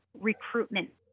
recruitment